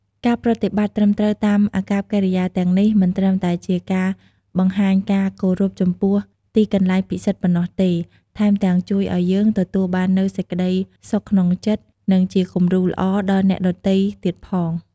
ការប្រតិបត្តិត្រឹមត្រូវតាមអាកប្បកិរិយាទាំងនេះ មិនត្រឹមតែជាការបង្ហាញការគោរពចំពោះទីកន្លែងពិសិដ្ឋប៉ុណ្ណោះទេ ថែមទាំងជួយឲ្យយើងទទួលបាននូវសេចក្តីសុខក្នុងចិត្ត និងជាគំរូល្អដល់អ្នកដទៃទៀតផង។